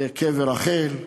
זה קבר רחל,